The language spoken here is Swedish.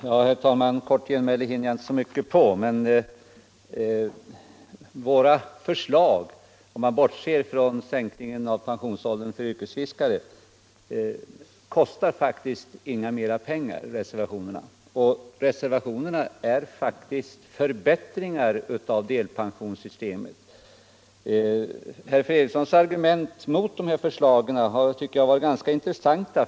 Herr talman! I ett kort genmäle hinner jag inte med så mycket som jag skulle önska. Om man bortser från förslaget om sänkning av pensionsåldern för yrkesfiskare, kostar våra förslag inga ytterligare pengar. Förslagen i reservationerna innebär faktiskt också förbättringar av delpensionssystemet. Herr Fredrikssons argument mot dessa förslag har varit ganska intressanta.